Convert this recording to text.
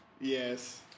Yes